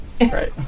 Right